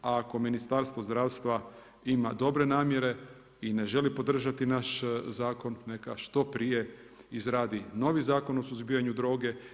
A ako Ministarstvo zdravstva ima dobre namjere i ne želi podržati naš zakon, neka što prije izradi novi Zakon o suzbijanju droge.